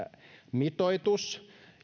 mitoitus